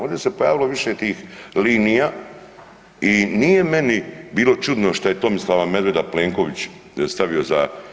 Ovdje se pojavilo više tih linija i nije meni bilo čudno što je Tomislava Medveda Plenković stavio tamo.